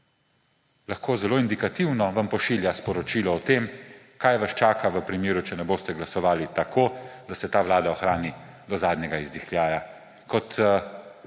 lahko zelo indikativno vam pošilja sporočilo o tem, kaj vas čaka v primeru, da ne boste glasovali tako, da se ta vlada ohrani do zadnjega izdihljaja.